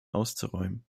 auszuräumen